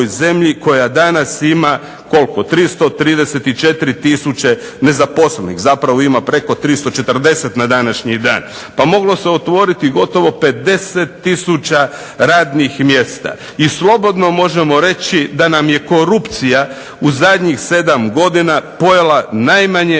koja danas ima koliko 334 tisuće nezaposlenih. Zapravo ima i preko 340 na današnji dan. Pa moglo se otvoriti gotovo 50 tisuća radnih mjesta i slobodno možemo reći da nam je korupcija u zadnjih 7 godina pojela najmanje